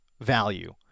value